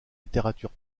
littérature